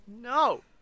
no